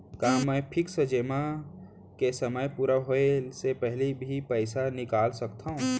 का मैं फिक्स जेमा के समय पूरा होय के पहिली भी पइसा निकाल सकथव?